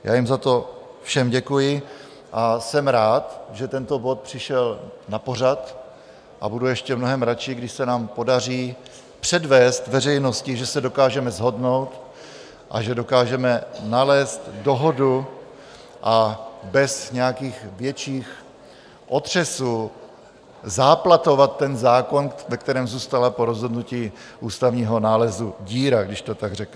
Já jim za to všem děkuji a jsem rád, že tento bod přišel na pořad, a budu ještě mnohem radši, když se nám podaří předvést veřejnosti, že se dokážeme shodnout a že dokážeme nalézt dohodu bez nějakých větších otřesů záplatovat zákon, ve kterém zůstala po rozhodnutí Ústavního nálezu díra, když to tak řeknu.